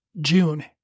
June